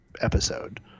episode